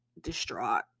distraught